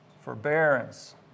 forbearance